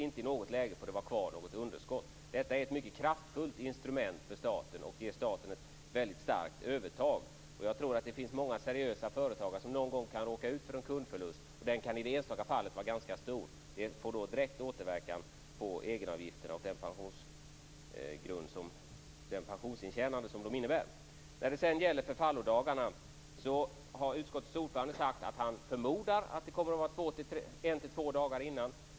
Inte i något läge får det vara kvar något underskott. Detta är ett mycket kraftfullt instrument för staten, och det ger staten ett väldigt starkt övertag. Jag tror att det kan finnas många seriösa företagare som någon gång kan råka ut för en kundförlust. Den kan i det enskilda fallet vara ganska stor. Det får då direkt återverkan på egenavgifterna och det pensionsintjänande som de innebär. När det gäller förfallodagarna har utskottets ordförande sagt att han förmodar att betalning måste ske en till två dagar innan.